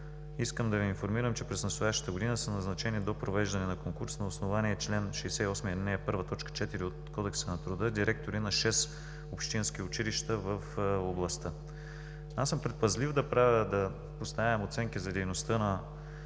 Искам да Ви информирам, че през настоящата година са назначени до провеждане на конкурс на основание чл. 68, ал. 1, т. 4 от Кодекса на труда директори на шест общински училища в областта. Аз съм предпазлив да поставям оценки за дейността на